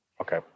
okay